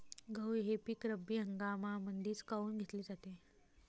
गहू हे पिक रब्बी हंगामामंदीच काऊन घेतले जाते?